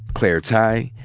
claire tighe,